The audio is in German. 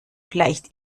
vielleicht